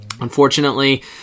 Unfortunately